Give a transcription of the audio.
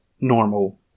normal